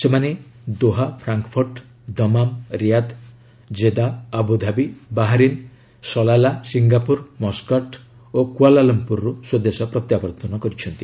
ସେମାନେ Doha Frankfurt Dammam Riyadh Jeddah Abu Dhabi Bahrain Salalah Singapore Muscat ଓ କ୍ୱାଲାଲୁମ୍ପୁର୍ରୁ ସ୍ୱଦେଶ ପ୍ରତ୍ୟାବର୍ତ୍ତନ କରିଛନ୍ତି